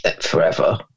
forever